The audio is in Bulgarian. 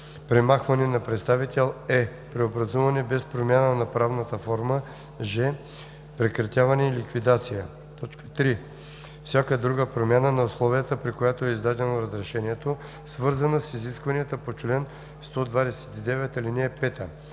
премахване на представител; е) преобразуване без промяна на правната форма; ж) прекратяване и ликвидация; 3. всяка друга промяна на условията, при които е издадено разрешението, свързана с изискванията по чл. 129, ал. 5.